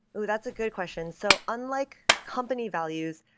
that's a good question. so unlike company values,